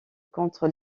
contre